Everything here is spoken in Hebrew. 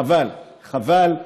חבל, חבל.